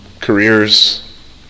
careers